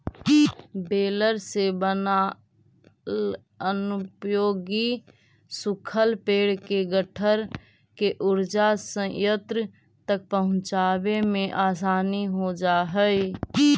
baler से बनाल अनुपयोगी सूखल पेड़ के गट्ठर के ऊर्जा संयन्त्र तक पहुँचावे में आसानी हो जा हई